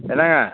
என்னாங்க